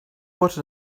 what